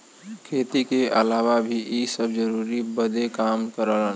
खेती के अलावा भी इ सब जरूरत बदे काम करलन